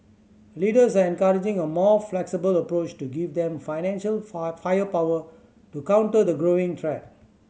leaders are encouraging a more flexible approach to give them financial firepower to counter the growing threat